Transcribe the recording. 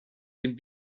den